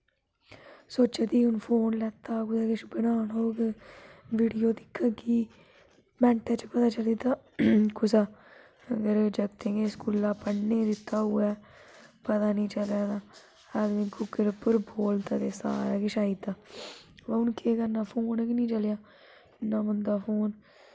सोचा दी ही हून फोन लैत्ता कुतै किश बनाना होग वीडियो दिखगी मैंटे च पता चली जंदा कुसै मेरे जागतें गी स्कूला दा पढ़ने गी दित्ता दा होऐ पता निं चलै तां आदमी गुगल उप्पर बोलदा ते सारा किश आई जंदा हून केह् करना फोन गै निं चलेआ इन्ना मंदा फोन